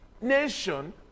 nation